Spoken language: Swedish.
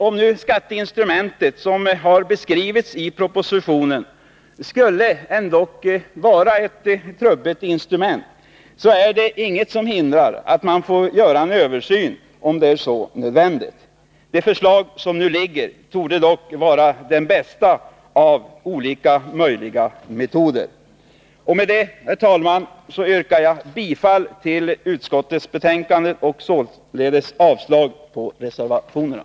Om det skatteinstrument som beskrivs i propositionen ändå skulle vara ett trubbigt instrument, är det inget som hindrar att man gör en översyn. Det förslag som nu föreligger torde dock innehålla den bästa av olika möjliga metoder. Med detta yrkar jag, herr talman, bifall till utskottets hemställan och således avslag på reservationerna.